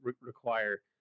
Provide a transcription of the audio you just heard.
require